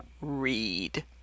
read